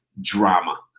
drama